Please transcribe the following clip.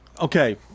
Okay